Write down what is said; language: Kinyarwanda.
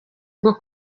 bwo